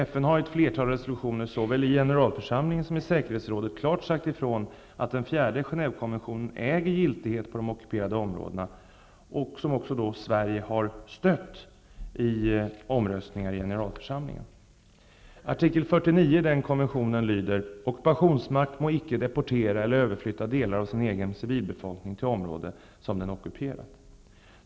FN har i ett flertal resolutioner, såväl i Generalförsamlingen som i Säkerhetsrådet, klart sagt ifrån att den fjärde Genèvekonventionen äger giltighet på de ockuperade områdena. Sverige har också i omröstningar i Generalförsamlingen stött dessa resolutioner. ''Ockupationsmakt må icke deportera eller överflytta delar av sin egen civilbefolkning till område som den ockuperar.''